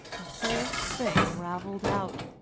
the whole thing ravelled out.